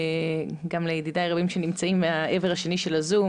גם לידידיי הרבים שנמצאים מהעבר השני של הזום,